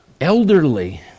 Elderly